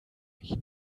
ich